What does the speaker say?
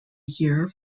year